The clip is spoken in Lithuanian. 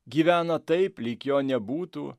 gyvena taip lyg jo nebūtų